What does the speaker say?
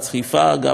החלטה תקדימית,